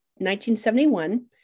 1971